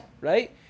right